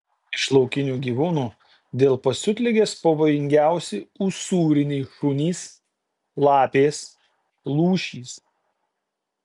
iš laukinių gyvūnų dėl pasiutligės pavojingiausi usūriniai šunys lapės lūšys